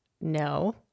no